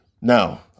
Now